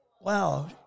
wow